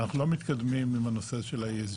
אנחנו לא מתקדמים עם הנושא של ה-ESG.